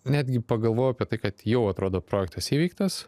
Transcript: netgi pagalvojau apie tai kad jau atrodo projektas įveiktas